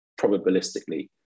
probabilistically